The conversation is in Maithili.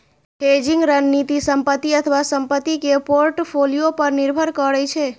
हेजिंग रणनीति संपत्ति अथवा संपत्ति के पोर्टफोलियो पर निर्भर करै छै